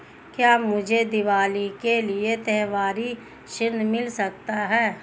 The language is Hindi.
क्या मुझे दीवाली के लिए त्यौहारी ऋण मिल सकता है?